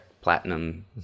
Platinum